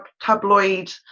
tabloid